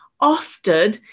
Often